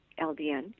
LDN